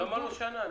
למה לא שנה?